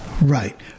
Right